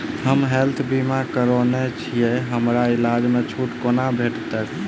हम हेल्थ बीमा करौने छीयै हमरा इलाज मे छुट कोना भेटतैक?